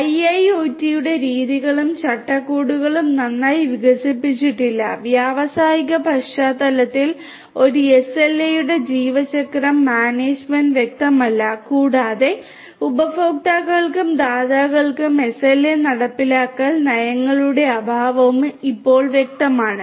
ഐഐഒടിയുടെ രീതികളും ചട്ടക്കൂടുകളും നന്നായി വികസിപ്പിച്ചിട്ടില്ല വ്യാവസായിക പശ്ചാത്തലത്തിൽ ഒരു എസ്എൽഎയുടെ ജീവിതചക്രം മാനേജുമെന്റ് വ്യക്തമല്ല കൂടാതെ ഉപഭോക്താക്കൾക്കും ദാതാക്കൾക്കും എസ്എൽഎ നടപ്പാക്കൽ നയങ്ങളുടെ അഭാവവും ഇപ്പോൾ വ്യക്തമാണ്